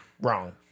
Wrong